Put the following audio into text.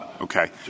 Okay